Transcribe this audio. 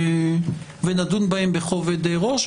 ונדון בהם בכובד ראש,